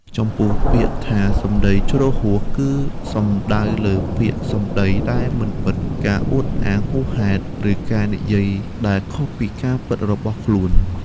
ចំពោះពាក្យថា សម្ដីជ្រុលហួស គឺសំដៅលើពាក្យសម្ដីដែលមិនពិត ការអួតអាងហួសហេតុ ឬការនិយាយដែលខុសពីការពិតរបស់ខ្លួន។